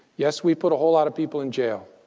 yes, we put a whole lot of people in jail.